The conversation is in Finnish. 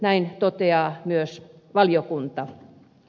näin toteaa myös valiokunta